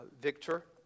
Victor